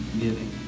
giving